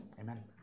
Amen